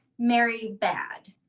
mary bad.